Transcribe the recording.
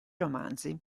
romanzi